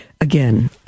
again